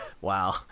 Wow